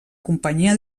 companyia